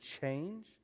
change